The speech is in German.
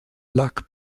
lac